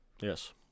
Yes